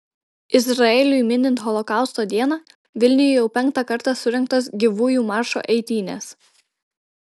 izraeliui minint holokausto dieną vilniuje jau penktą kartą surengtos gyvųjų maršo eitynės